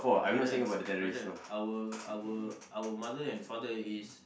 brother brother our our our mother and father is